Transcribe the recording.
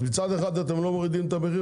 אז מצד אחד אתם לא מורידים את המחיר,